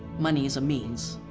money is a means,